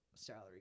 salary